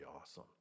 awesome